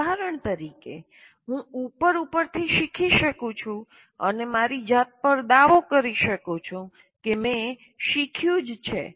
ઉદાહરણ તરીકે હું ઉપર ઉપરથી શીખી શકું છું અને મારી જાત પર દાવો કરી શકું છું કે મેં શીખયું જ છે